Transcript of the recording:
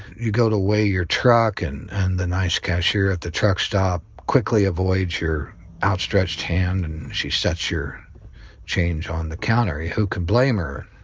you go to weigh your truck and and the nice cashier at the truck stop quickly avoids your outstretched hand and she sets your change on the counter. who can blame her?